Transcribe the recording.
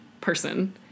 person